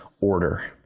order